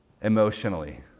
emotionally